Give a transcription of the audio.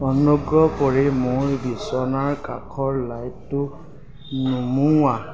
অনুগ্ৰহ কৰি মোৰ বিছনাৰ কাষৰ লাইটটো নুমুওঁৱা